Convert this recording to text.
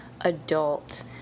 adult